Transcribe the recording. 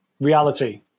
reality